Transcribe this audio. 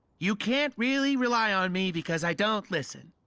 you can't really rely on me because i don't listen.